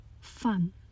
fun